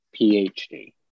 PhD